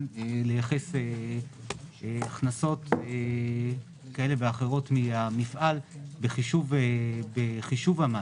לייחס הכנסות כאלה ואחרות מן המפעל בחישוב המס.